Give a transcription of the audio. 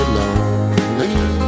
lonely